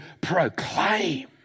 proclaim